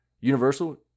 Universal